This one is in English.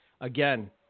again